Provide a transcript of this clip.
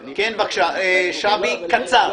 שבי, קצר.